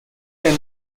der